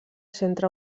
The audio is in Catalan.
centre